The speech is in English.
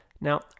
Now